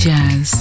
Jazz